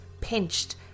pinched